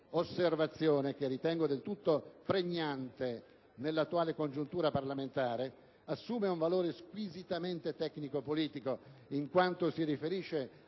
osservazione, che ritengo del tutto pregnante nell'attuale congiuntura parlamentare, assume un valore squisitamente tecnico-politico, in quanto si riferisce